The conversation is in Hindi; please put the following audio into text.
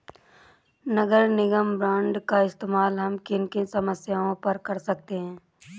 नगर निगम बॉन्ड का इस्तेमाल हम किन किन समस्याओं में कर सकते हैं?